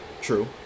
True